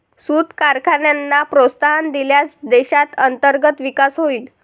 सूत कारखान्यांना प्रोत्साहन दिल्यास देशात अंतर्गत विकास होईल